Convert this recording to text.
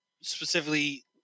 specifically